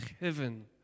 heaven